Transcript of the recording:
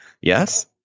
Yes